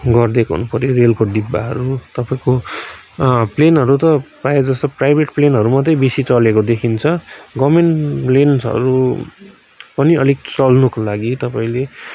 गरिदिएको हुनुपऱ्यो रेलको डिब्बाहरू तपाईँको प्लेनहरू त प्रायः जस्तो प्राइभेट प्लेनहरू मात्रै बेसी चलेको देखिन्छ गभर्मेन्ट प्लेन्सहरू पनि अलिक चल्नुको लागि तपाईँले